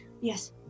Yes